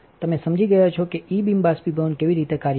તમે સમજી ગયા છો કે ઇ બીમ બાષ્પીભવન કેવી રીતે કાર્ય કરશે